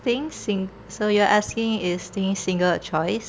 staying sing~ so you are asking is staying single a choice